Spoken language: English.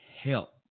help